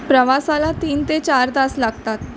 प्रवासाला तीन ते चार तास लागतात